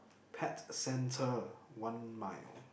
pet centre one mile